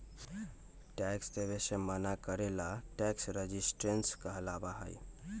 tax देवे से मना करे ला टैक्स रेजिस्टेंस कहलाबा हई